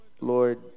Lord